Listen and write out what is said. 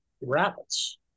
rabbits